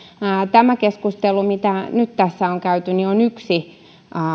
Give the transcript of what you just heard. tämä keskustelu mitä nyt tässä on käyty on yksi